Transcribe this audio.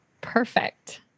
Perfect